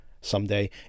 someday